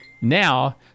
now